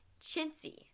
chintzy